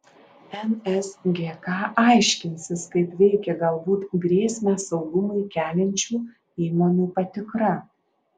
nsgk aiškinsis kaip veikia galbūt grėsmę saugumui keliančių įmonių patikra